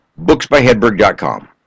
booksbyhedberg.com